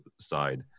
side